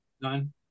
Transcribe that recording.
None